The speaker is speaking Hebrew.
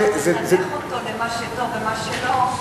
לחנך אותו למה שטוב ומה שלא,